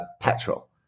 petrol